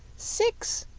six,